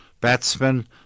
batsman